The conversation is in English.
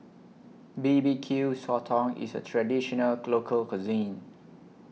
B B Q Sotong IS A Traditional Local Cuisine